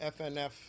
FNF